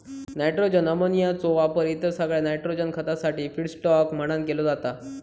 nitrogen अमोनियाचो वापर इतर सगळ्या नायट्रोजन खतासाठी फीडस्टॉक म्हणान केलो जाता